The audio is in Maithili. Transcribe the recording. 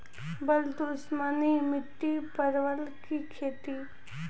बल दुश्मनी मिट्टी परवल की खेती?